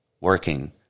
working